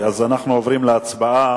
אז אנחנו עוברים להצבעה.